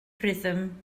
rhythm